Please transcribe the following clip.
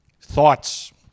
Thoughts